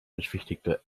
beschwichtigte